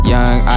Young